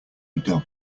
dog